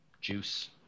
juice